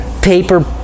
paper